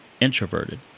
introverted